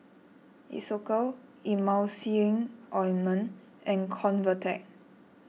Isocal Emulsying Ointment and Convatec